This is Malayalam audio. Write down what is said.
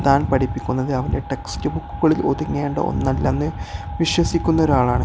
താൻ പഠിപ്പിക്കുന്നത് അവരുടെ ടെക്സ്റ്റ് ബുക്കുകളിൽ ഒതുങ്ങേണ്ട ഒന്നല്ലന്ന് വിശ്വസിക്കുന്ന ഒരാളാണ്